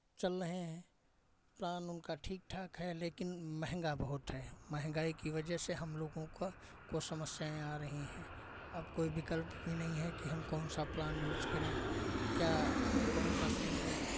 चल रहे हैं प्लान उनका ठीक ठाक है लेकिन महंगा बहुत है महंगाई की वजह से हम लोगों का को समस्याएं आ रही है अब कोई विकल्प भी नहीं हैं कि हम कौन सा प्लान यूज़ करें क्या कौन सा सिम लें